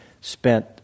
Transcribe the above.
spent